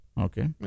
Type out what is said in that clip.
Okay